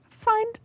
find